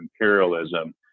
imperialism